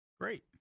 Great